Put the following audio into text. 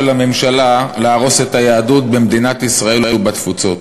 הממשלה להרוס את היהדות במדינת ישראל ובתפוצות.